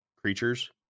creatures